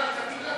חוק הגליל (תיקון,